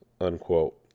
unquote